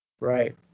Right